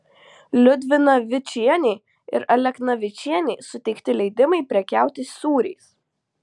liudvinavičienei ir aleknavičienei suteikti leidimai prekiauti sūriais